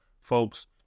folks